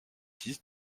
fils